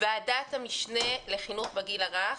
ועדת המשנה לחינוך בגיל הרך.